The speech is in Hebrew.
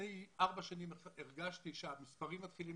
לפני ארבע שנים הרגשתי שהמספרים מתחילים